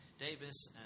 Davis